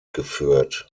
geführt